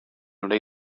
wnei